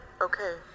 okay